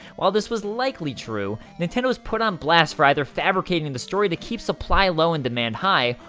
while this was likely true nintendo was put on blast for either fabricating the story to keep supply low and demand high,